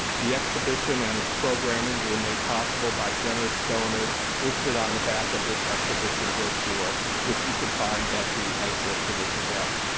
the exhibition and its programming were made possible by generous donors listed on the back of this exhibition brochure which you can find at the exit to this event.